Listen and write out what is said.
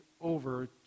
over